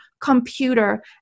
computer